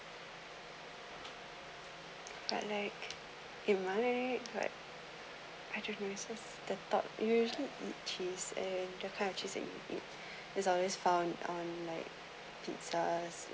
but like in mine what the thought it will usually cheese and the kind of cheese you eat is always found on like pizzas